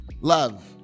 love